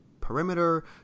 perimeter